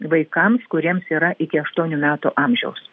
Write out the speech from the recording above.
vaikams kuriems yra iki aštuonių metų amžiaus